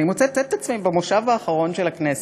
אני מוצאת את עצמי, במושב האחרון של הכנסת,